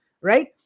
right